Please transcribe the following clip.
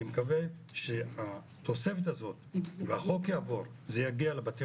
אני מקווה שהתוספת הזאת והחוק יעבור זה יגיע לבתי